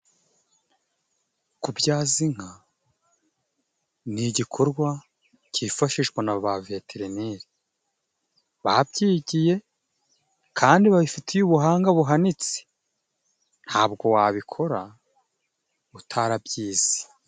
Kubyaza inka ni igikorwa cyifashishwa na ba Vetereneri babyigiye, kandi babifitiye ubuhanga buhanitse. ntabwo wabikora utarabyize